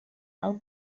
how